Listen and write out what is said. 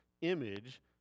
image